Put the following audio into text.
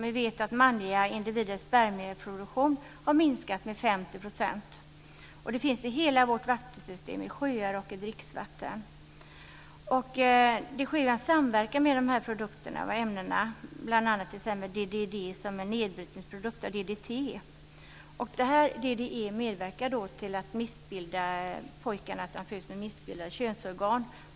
Vi vet att manliga individers spermieproduktion har minskat med 50 %. Ämnet finns i hela vårt vattensystem, i sjöar och i dricksvatten. Det sker en samverkan med de här produkterna och ämnena, bl.a. med DDE som är en nedbrytningsprodukt av DDT. DDE medverkar till att pojkar föds med missbildade könsorgan.